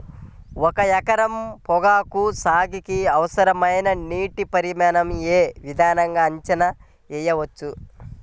ఒక ఎకరం పొగాకు సాగుకి అవసరమైన నీటి పరిమాణం యే విధంగా అంచనా వేయవచ్చు?